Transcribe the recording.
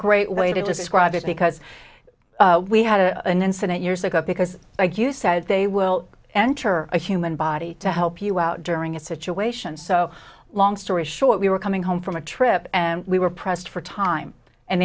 great way to describe it because we had a an incident years ago because like you said they will enter a human body to help you out during a situation so long story short we were coming home from a trip and we were pressed for time and